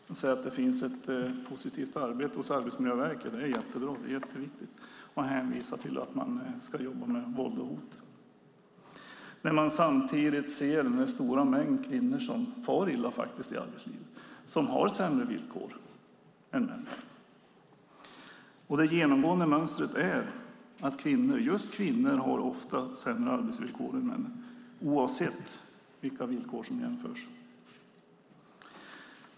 Hon säger att det finns ett positivt arbete hos Arbetsmiljöverket - det är bra och viktigt - och hänvisar till att man ska jobba mot våld och hot. Samtidigt ser vi den stora mängd kvinnor som far illa i arbetslivet och som har sämre villkor än männen. Det genomgående mönstret är att kvinnor ofta har sämre arbetsvillkor än män, oavsett vilka villkor som jämförs.